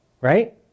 right